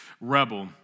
rebel